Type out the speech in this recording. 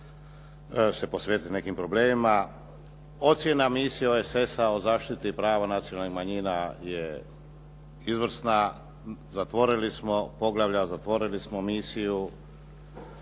se posvetiti nekim problemima. Ocjena misije OESS-a o zaštiti prava nacionalnih manjina je izvrsna. Zatvorili smo poglavlja, zatvorili smo misiju.